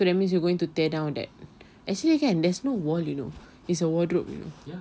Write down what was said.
so that means you're going to tear down that actually kan there's no wall you know is a wadrobe you know